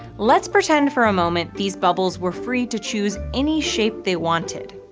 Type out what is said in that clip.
let's pretend for a moment these bubbles were free to choose any shape they wanted.